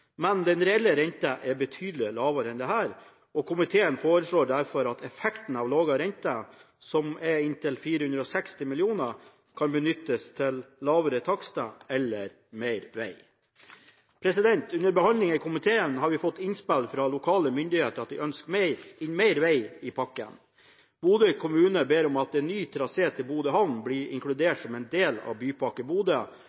Men den reelle renta er betydelig lavere enn dette, og komiteen foreslår derfor at effekten av lavere rente som er inntil 460 mill. kr, kan benyttes til lavere takster eller mer veg. Under behandlingen i komiteen har vi fått innspill fra lokale myndigheter om at de ønsker mer veg i pakken. Bodø kommune ber om at en ny trasé til Bodø havn blir